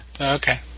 Okay